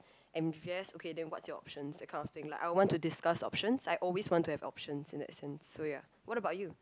and yes okay then what's your options that kind of thing like I would want to discuss options I always want to have options in that sense so ya what about you